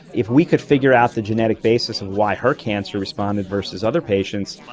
if we could figure out the genetic basis of why her cancer responded versus other patients,